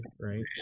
right